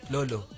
Lolo